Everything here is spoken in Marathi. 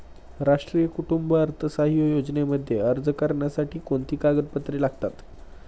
राष्ट्रीय कुटुंब अर्थसहाय्य योजनेमध्ये अर्ज करण्यासाठी कोणती कागदपत्रे लागतात?